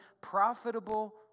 profitable